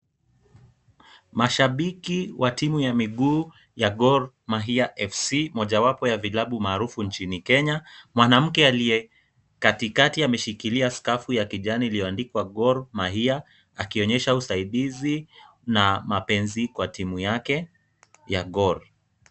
Mashabiki wa timu ya miguu ya Gor Mahia FC mojawapo ya vilabu maarufu nchini Kenya. Mwanamke aliye katikati ameshikilia skafu ya kijani iliyoandikwa Gor Mahia akionyesha usaidizi na mapenzi kwa timu yake ya Gor.